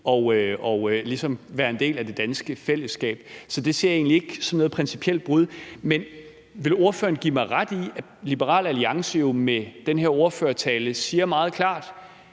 og ligesom være en del af det danske fællesskab. Så det ser jeg egentlig ikke som noget principielt brud. Men vil ordføreren give mig ret i, at Liberal Alliance jo med den her ordførertale siger meget klart,